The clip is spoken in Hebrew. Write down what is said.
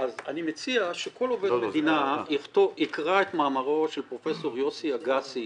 אז אני מציע שכל עובד מדינה יקרא את מאמרו של פרופ' יוסי אגסי